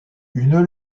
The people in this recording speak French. une